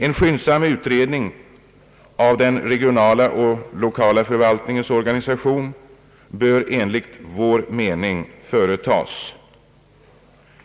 En skyndsam utredning av den regionala och lokala förvaltningens organisation bör sålunda företas.